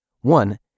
One